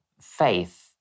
faith